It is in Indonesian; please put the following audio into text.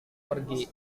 pergi